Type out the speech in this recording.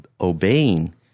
obeying